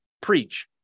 preach